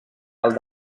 alt